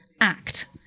act